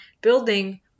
building